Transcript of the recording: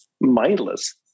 mindless